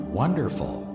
wonderful